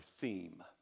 theme